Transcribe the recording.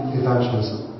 evangelism